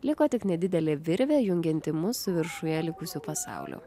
liko tik nedidelė virvė jungianti mus su viršuje likusiu pasauliu